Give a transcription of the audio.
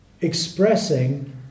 expressing